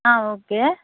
okay